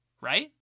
right